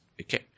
Okay